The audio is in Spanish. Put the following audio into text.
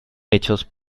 hechos